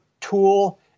tool